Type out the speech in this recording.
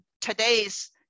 today's